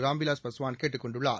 ராம்விலாஸ் பாஸ்வான் கேட்டுக் கொண்டுள்ளார்